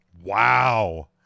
Wow